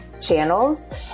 channels